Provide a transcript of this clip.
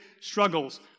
struggles